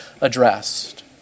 addressed